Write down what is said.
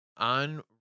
On